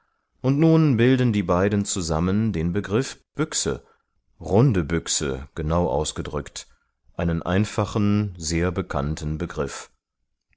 und nun bilden die beiden zusammen den begriff büchse runde büchse genau ausgedrückt einen einfachen sehr bekannten begriff